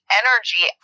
energy